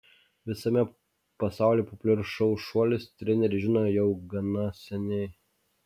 visame pasaulyje populiarų šou šuolis trenerė žino jau gana seniai